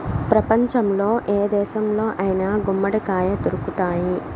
ప్రపంచంలో ఏ దేశంలో అయినా గుమ్మడికాయ దొరుకుతాయి